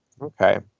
Okay